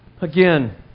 Again